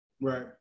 Right